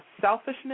selfishness